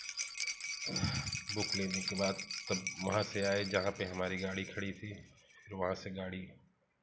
book लेने के बाद तब वहाँ से आए जहाँ पर हमारी गाड़ी खाड़ी थी फिर वहाँ से गाड़ी